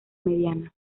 mediana